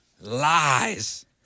Lies